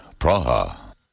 Praha